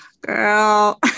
Girl